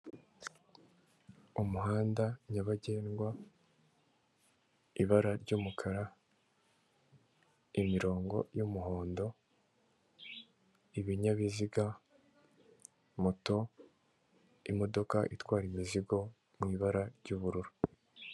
Umuhanda nyabagendwa, ibara ry'umukara, imirongo y'umuhondo, ibinyabiziga, moto, imodoka itwara imizigo mu ibara ry'ubururu.